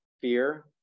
fear